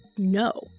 No